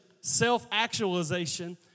self-actualization